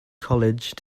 college